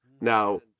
Now